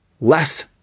less